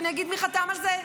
שאני אגיד מי חתם על זה?